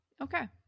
Okay